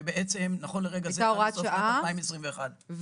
ונכון לעכשיו עד סוף שנת 2021. הייתה